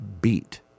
beat